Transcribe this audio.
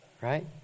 right